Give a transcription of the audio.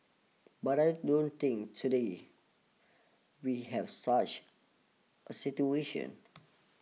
but I don't think today we have such a situation